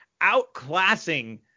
outclassing